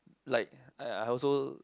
like I I also